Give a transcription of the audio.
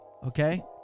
Okay